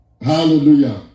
Hallelujah